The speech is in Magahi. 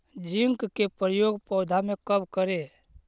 जिंक के प्रयोग पौधा मे कब करे?